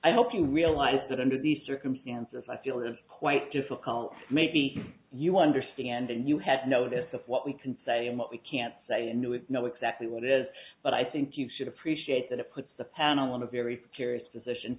i hope you realize that under the circumstances i feel is quite difficult maybe you understand and you had notice of what we can say and what we can say and do is know exactly what it is but i think you should appreciate that a puts the panel in a very curious position